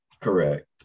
correct